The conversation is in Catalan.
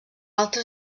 altres